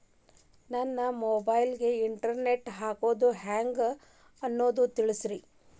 ನನ್ನ ಮೊಬೈಲ್ ಗೆ internet ಹಾಕ್ಸೋದು ಹೆಂಗ್ ಅನ್ನೋದು ತಿಳಸ್ರಿ